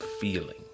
feeling